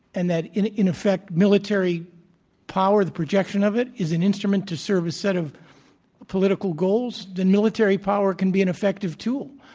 and that, in in effect, military power, the projection of it, is an instrument to serve a set of political goals then military power can be an effective tool.